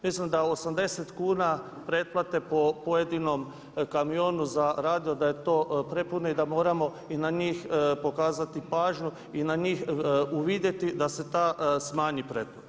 Mislim da 80 kuna pretplate po pojedinom kamionu za radio da je to prepuno i da moramo i na njih pokazati pažnju i na njih uvidjeti da se ta smanji pretplata.